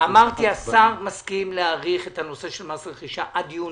אמרתי שהשר מסכים להאריך את הנושא של מס רכישה עד יוני.